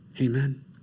Amen